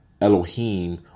Elohim